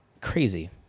crazy